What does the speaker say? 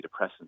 antidepressants